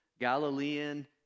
Galilean